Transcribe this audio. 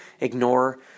ignore